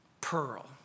pearl